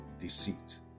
deceit